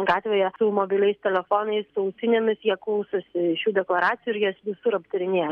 gatvėje su mobiliais telefonais su ausinėmis jie klausosi šių deklaracijų ir jas visur aptarinėja